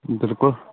بِلکُل